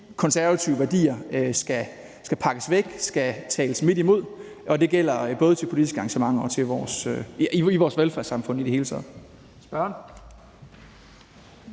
konservative værdier skal pakkes væk, skal tales midt imod, og det gælder både til politiske arrangementer og i vores velfærdssamfund i det hele taget.